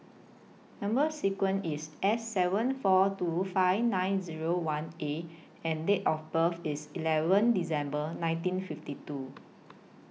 Number sequence IS S seven four two five nine Zero one A and Date of birth IS eleven December nineteen fifty two